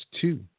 two